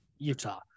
utah